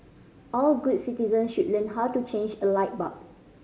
all good citizens should learn how to change a light bulb